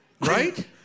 Right